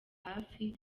hafi